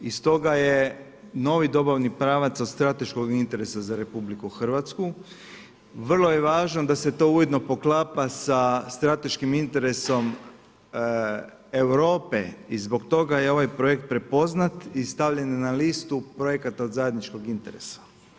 I stoga je novi dobavni pravac od strateškog interesa za RH, vrlo je važan da se to ujedno poklapa sa strateškim interesom Europe i zbog toga je ovaj projekt prepoznat i stavljen je na listu, projekata od zajedničkog interesa.